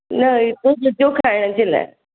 न इहो सभु मुंहिंजो खाइण जे लाइ